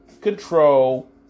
control